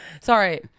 Sorry